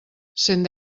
cent